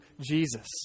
Jesus